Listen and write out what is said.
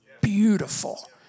Beautiful